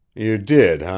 you did,